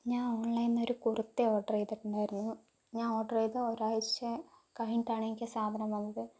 ഞാൻ ഓൺ ലൈനിൽ നിന്ന് ഒരു കുർത്ത ഓർഡർ ചെയ്തിട്ടുണ്ടായിരുന്നു ഞാൻ ഓർഡർ ചെയ്ത ഒരാഴ്ച കഴിഞ്ഞിട്ടാണ് എനിക്ക് സാധനം വന്നത്